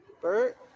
Bert